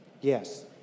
Yes